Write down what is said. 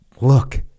look